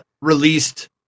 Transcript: released